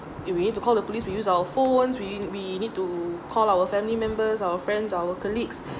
you need to call the police we use our phones we we need to call our family members our friends our colleagues